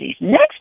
Next